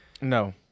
No